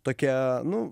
tokie nu